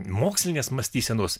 mokslinės mąstysenos